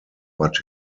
but